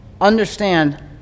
understand